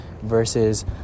versus